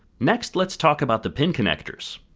next let's talk about the pin connectors.